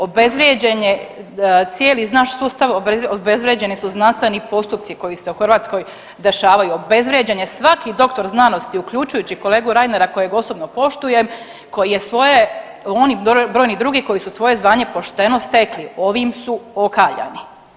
Obezvrijeđen je cijeli naš sustav, obezvrijeđeni su znanstveni postupci koji se u Hrvatskoj dešavaju, obezvrijeđen je svaki doktor znanosti, uključujući kolegu Reinera kojeg osobno poštujem, koji je svoje, on i brojni drugi koji su svoje zvanje pošteno stekli, ovim su okaljani.